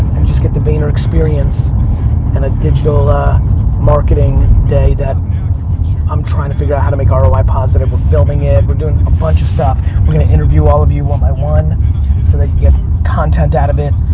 and just get the vayner experience in a digital ah marketing day that i'm trying to figure how to make ah roi positive. we're filming it. it. we're doing a bunch of stuff. we're gonna interview all of you one by one. so they can get content out of it.